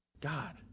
God